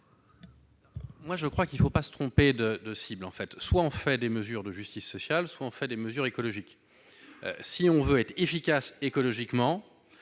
maintenu ? Il ne faut pas se tromper de cible : soit on prend des mesures de justice sociale, soit on prend des mesures écologiques. Si l'on veut être efficace écologiquement,